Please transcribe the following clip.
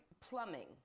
plumbing